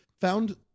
found